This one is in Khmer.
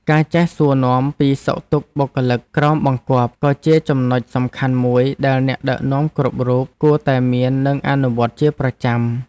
ការចេះសួរនាំពីសុខទុក្ខបុគ្គលិកក្រោមបង្គាប់ក៏ជាចំណុចសំខាន់មួយដែលអ្នកដឹកនាំគ្រប់រូបគួរតែមាននិងអនុវត្តជាប្រចាំ។